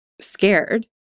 scared